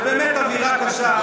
ובאמת אווירה קשה,